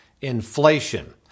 inflation